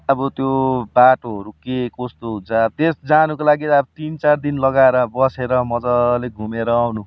अब त्यो बाटोहरू के कस्तो हुन्छ त्यस जानुको लागि त अब तिन चार दिन लगाएर बसेर मज्जाले घुमेर आउनु